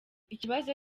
ikibazo